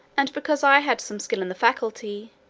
and because i had some skill in the faculty,